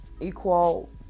equal